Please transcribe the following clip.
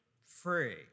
free